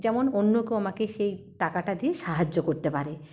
যেমন অন্য কেউ আমাকে সেই টাকাটা দিয়ে সাহায্য করতে পারে